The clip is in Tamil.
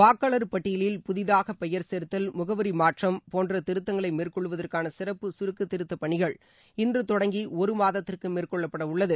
வாக்காளர் பட்டியலில் புதிதாக பெயர் சேர்த்தல் முகவரி மாற்றம் போன்ற திருத்தங்களை மேற்கொள்வதற்கான சிறப்பு கருக்க திருத்தப் பணிகள் இன்று தொடங்கி ஒரு மாதத்திற்கு மேற்கொள்ளப்பட உள்ளது